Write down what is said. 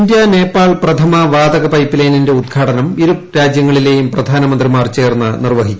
India Nepal പ്രഥമ വാതക pipe ലൈനിന്റെ ഉദ്ഘാടനം ഇരുരാജൃങ്ങളിലെയും പ്രധാനമന്ത്രിമാർ ചേർന്ന് നിർവ്വഹിച്ചു